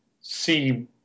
see